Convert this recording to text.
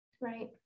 right